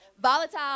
Volatile